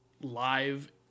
live